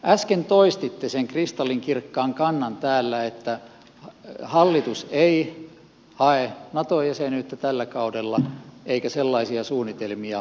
äsken toistitte sen kristallinkirkkaan kannan täällä että hallitus ei hae nato jäsenyyttä tällä kaudella eikä sellaisia suunnitelmia ole